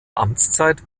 amtszeit